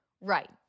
Right